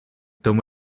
tomó